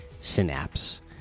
synapse